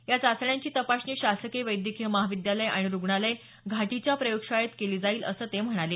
या चाचण्यांची तपासणी शासकीय वैद्यकीय महाविद्यालय रुग्णालय घाटीच्या प्रयोगशाळेत केली जाईल असं ते म्हणाले